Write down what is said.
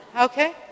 Okay